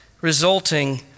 resulting